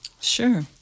Sure